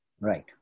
Right